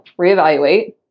reevaluate